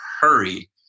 hurry